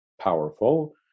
powerful